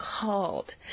called